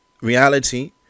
reality